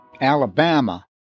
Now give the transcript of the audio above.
Alabama